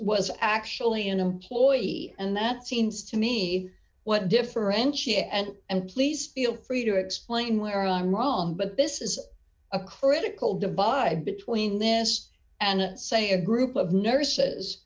was actually an employee and that seems to me what differentiate and and please feel free to explain where i'm wrong but this is a critical divide between this and say a group of nurses